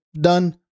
done